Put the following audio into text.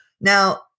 Now